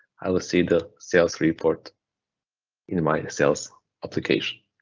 i will see the sales report in my sales application.